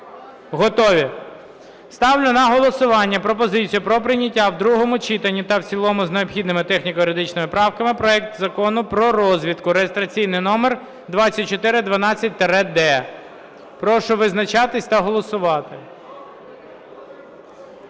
Готові? Ставлю на голосування пропозицію про прийняття в другому читанні та в цілому з необхідними техніко-юридичними правками проект Закону про розвідку (реєстраційний номер 2412-д). Прошу визначатись та голосувати.